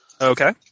Okay